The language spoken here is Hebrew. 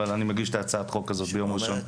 אבל אני מגיש את הצעת החוק הזאת ביום ראשון.